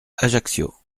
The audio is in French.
ajaccio